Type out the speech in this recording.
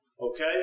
Okay